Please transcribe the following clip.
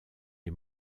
les